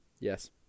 Yes